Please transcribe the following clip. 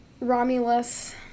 Romulus